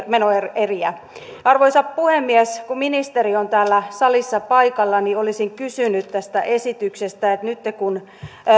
menoeriä arvoisa puhemies kun ministeri on täällä salissa paikalla olisin kysynyt tästä esityksestä että nyt kun